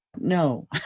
no